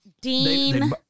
Dean